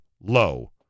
low